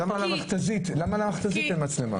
למה על המכת"זית אין מצלמה?